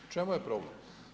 U čemu je problem?